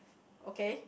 okay